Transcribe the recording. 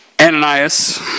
Ananias